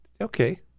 okay